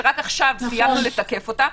שרק עכשיו סיימנו לתקף אותה,